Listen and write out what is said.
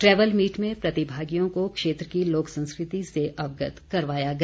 travel meet में प्रतिभागियों को क्षेत्र की लोक संस्कृति से अवगत करवाया गया